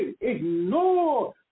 Ignore